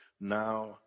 now